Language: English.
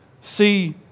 see